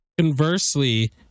Conversely